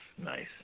nice